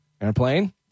Airplane